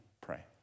pray